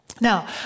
Now